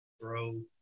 throw